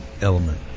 element